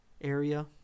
area